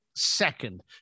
second